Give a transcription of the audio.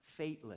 Fateless